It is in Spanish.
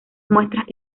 muestras